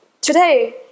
today